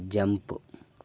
jump